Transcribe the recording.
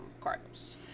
Cardinals